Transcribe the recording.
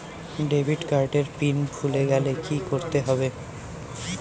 Debit card এর pin ভুলে গেলে কি করতে হবে?